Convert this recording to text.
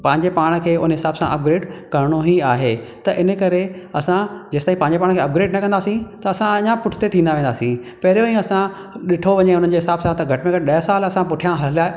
पंहिंजे पाण खे हुन हिसाब सां अपग्रेड करणो ई आहे त इन करे असां जेसिताईं पंहिंजे पाण खे अपग्रेड न कंदासीं त असां अञा पुठिते थींदा वेंदासीं पहिरियों ई असां ॾिठो वञे उनजे हिसाब सां त घटि में घटि ॾह साल असां पुठियां हलिया